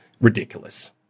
ridiculous